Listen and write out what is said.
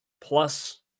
plus